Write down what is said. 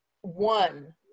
one